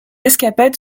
escapade